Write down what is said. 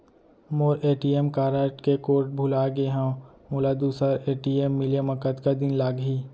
मोर ATM card के code भुला गे हव, मोला दूसर ए.टी.एम मिले म कतका दिन लागही?